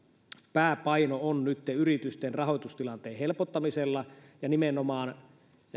pääpaino on nytten yritysten rahoitustilanteen helpottamisessa ja nimenomaan